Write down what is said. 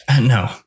no